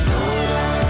Lord